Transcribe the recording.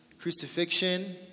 crucifixion